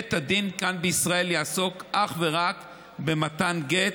בית הדין כאן בישראל יעסוק אך ורק במתן גט,